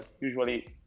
usually